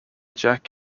jack